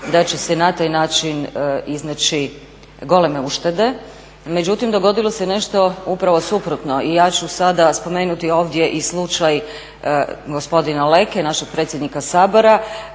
da će se na taj način iznaći goleme uštede. Međutim, dogodilo se nešto upravo suprotno. Ja ću sada spomenuti ovdje i slučaj gospodina Leke, našeg predsjednika Sabora.